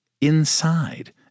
INSIDE